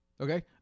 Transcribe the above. Okay